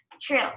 true